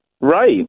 Right